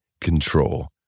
control